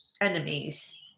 enemies